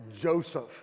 Joseph